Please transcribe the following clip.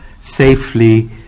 safely